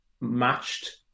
matched